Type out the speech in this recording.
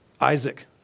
Isaac